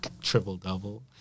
triple-double